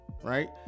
right